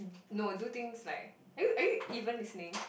no do things like are you are you even listening